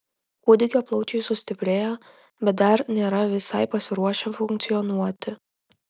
kūdikio plaučiai sustiprėjo bet dar nėra visai pasiruošę funkcionuoti